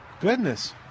Goodness